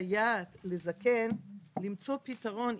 בעצם מסייעת לזקן למצוא פתרון,